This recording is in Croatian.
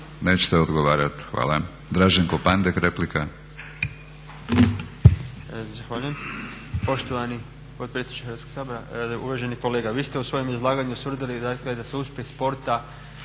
Nećete odgovarati. Hvala. Draženko Pandek, replika.